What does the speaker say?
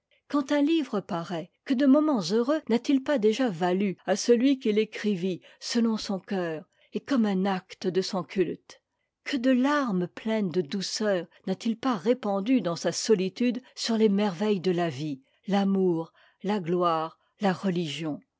quand un livre paraît que de moments heureux n'a-t-il pas déjà valus à celui qui l'écrivit selon son cœur et comme un acte de son culte que de larmes pleines de douceur n'a-t-il pas répandues dans sa solitude sur les merveilles de ta vie l'amour la gloire la religion